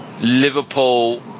Liverpool